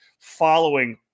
following